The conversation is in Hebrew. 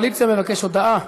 יושב-ראש הקואליציה מבקש הודעה.